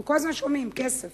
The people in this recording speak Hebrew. אנחנו כל הזמן שומעים: כסף.